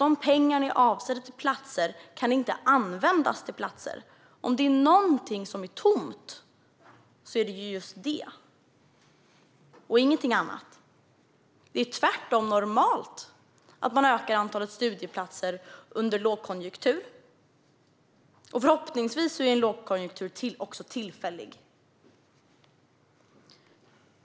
De pengar som är avsedda för platser kan alltså inte användas till platser. Om det är någonting som är tomt är det just det, och ingenting annat. Det är tvärtom normalt att man utökar antalet studieplatser under en lågkonjunktur. Förhoppningsvis är också lågkonjunkturer tillfälliga.